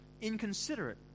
Inconsiderate